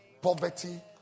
Poverty